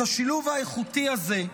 את השילוב האיכותי הזה,